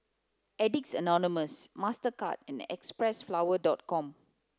addicts anonymous Mastercard and xpressflower dot com